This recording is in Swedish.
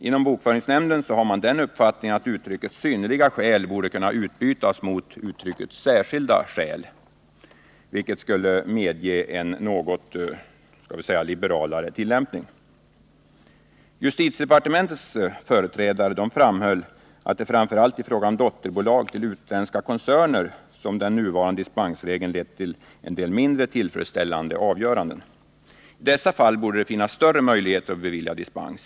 Inom bokföringsnämnden har man den uppfattningen att uttrycket ”synnerliga skäl” borde kunna utbytas mot ”särskilda skäl”, vilket skulle medge en något liberalare tillämpning. Justitiedepartementets företrädare framhöll att det är framför allt i fråga om dotterbolag till utländska koncerner som den nuvarande dispensgivningen lett till en del mindre tillfredsställande avgöranden. I dessa fall borde det finnas större möjligheter att bevilja dispens.